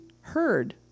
heard